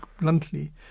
bluntly